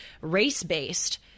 race-based